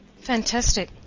Fantastic